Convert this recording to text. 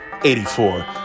84